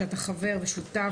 שאתה חבר ושותף.